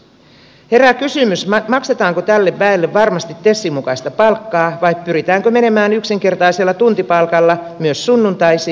herää kysymys maksetaanko tälle väelle varmasti tesin mukaista palkkaa vai pyritäänkö menemään yksinkertaisella tuntipalkalla myös sunnuntaisin